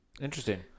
interesting